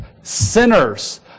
sinners